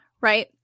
right